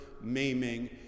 maiming